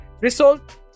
result